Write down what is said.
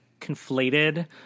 conflated